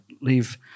leave